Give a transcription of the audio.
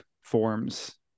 forms